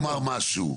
משהו,